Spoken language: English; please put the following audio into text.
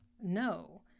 no